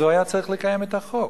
הוא היה צריך לקיים את החוק.